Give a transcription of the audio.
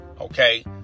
okay